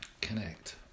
Connect